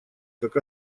как